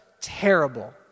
terrible